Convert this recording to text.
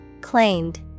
Claimed